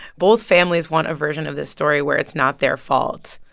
both families want a version of this story where it's not their fault.